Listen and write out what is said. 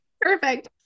perfect